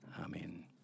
Amen